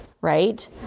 right